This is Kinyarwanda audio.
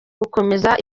gukomeza